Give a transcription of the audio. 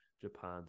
Japan